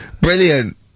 Brilliant